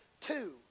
two